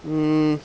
mm